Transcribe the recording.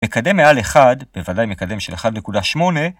מקדם מעל 1, בוודאי מקדם של 1.8